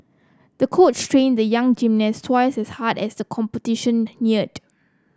the coach trained the young gymnast twice as hard as the competition neared